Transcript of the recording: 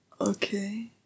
okay